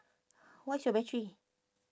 what's your battery